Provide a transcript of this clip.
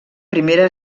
primera